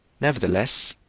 nevertheless,